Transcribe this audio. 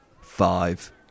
Five